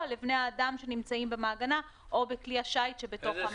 לבני אדם שנמצאים במעגנה או בכלי השיט שבתוך המעגנה.